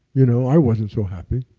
you know i wasn't so happy.